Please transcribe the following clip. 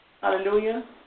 Hallelujah